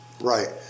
Right